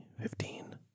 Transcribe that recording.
fifteen